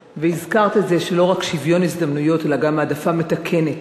והזכרת את זה שלא רק שוויון הזדמנויות אלא גם העדפה מתקנת,